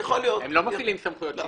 הם לא מפעילים סמכויות שלטוניות.